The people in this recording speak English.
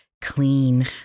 clean